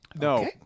No